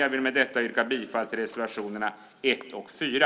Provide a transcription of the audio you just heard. Jag vill med detta yrka bifall till reservationerna 1 och 4.